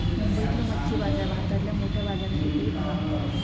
मुंबईतलो मच्छी बाजार भारतातल्या मोठ्या बाजारांपैकी एक हा